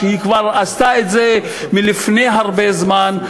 והיא כבר עשתה את זה לפני הרבה זמן.